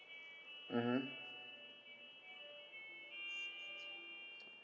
mmhmm